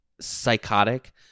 psychotic